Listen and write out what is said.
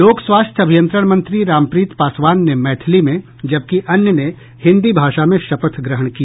लोक स्वास्थ्य अभियंत्रण मंत्री रामप्रीत पासवान ने मैथिली में जबकि अन्य ने हिंदी भाषा में शपथ ग्रहण किया